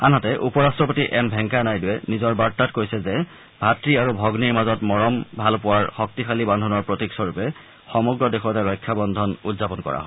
আনহাতে উপ ৰাট্টপতি এম ভেংকায়া নাইড়ুৱে নিজৰ বাৰ্তাত কৈছে যে ভাত় আৰু ভন্নীৰ মাজত মৰম ভালপোৱাৰ শক্তিশালী বান্ধোনৰ প্ৰতীকস্বৰূপে সমগ্ৰ দেশতে ৰক্ষা বন্ধন উদযাপন কৰা হয়